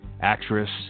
Actress